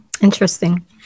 Interesting